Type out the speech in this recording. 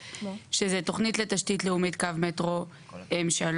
שהן: תוכנית לתשתית לאומית קו מטרוM3 ,